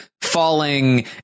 falling